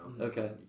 Okay